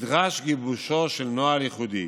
נדרש גיבושו של נוהל ייחודי